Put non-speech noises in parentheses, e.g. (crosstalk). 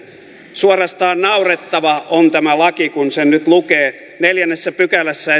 suorastaan naurettava on tämä laki kun sen nyt lukee esimerkiksi neljännessä pykälässä (unintelligible)